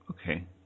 Okay